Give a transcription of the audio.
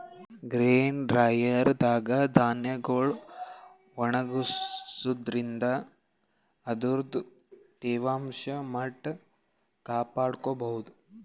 grain dryer ದಾಗ್ ಧಾನ್ಯಗೊಳ್ ಒಣಗಸಾದ್ರಿನ್ದ ಅದರ್ದ್ ತೇವಾಂಶ ಮಟ್ಟ್ ಕಾಪಾಡ್ಕೊಭೌದು